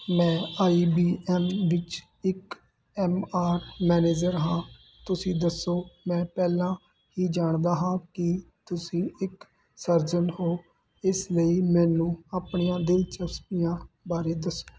ਮੈਂ I B M ਵਿੱਚ ਇੱਕ ਐੱਮ ਆਰ ਮੈਨੇਜਰ ਹਾਂ ਤੁਸੀਂ ਦੱਸੋ ਮੈਂ ਪਹਿਲਾਂ ਹੀ ਜਾਣਦਾ ਹਾਂ ਕਿ ਤੁਸੀਂ ਇੱਕ ਸਰਜਨ ਹੋ ਇਸ ਲਈ ਮੈਨੂੰ ਆਪਣੀਆਂ ਦਿਲਚਸਪੀਆਂ ਬਾਰੇ ਦੱਸੋ